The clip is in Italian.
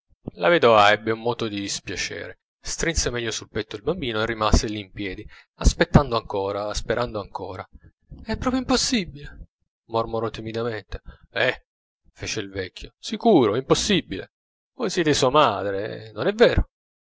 la vedova ebbe un moto di dispiacere strinse meglio sul petto il bambino e rimase lì impiedi aspettando ancora sperando ancora è proprio impossibile mormorò timidamente eh fece il vecchio sicuro impossibile voi siete sua madre non è vero